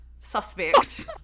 suspect